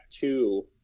two